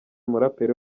umuraperi